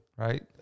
Right